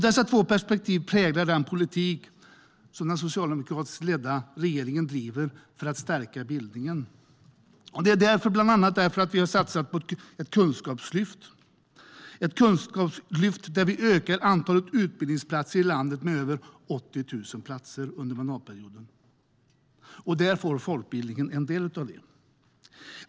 Dessa två perspektiv präglar den politik som den socialdemokratiskt ledda regeringen driver för att stärka bildningen. Det är bland annat därför vi har satsat på ett kunskapslyft, där vi ökar antalet utbildningsplatser i landet med över 80 000 under mandatperioden. Folkbildningen får ta del av det.